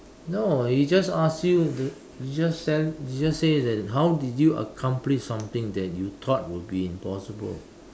no you just ask you the you just said you just say that how did you accomplish something that you thought would be impossible